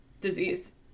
disease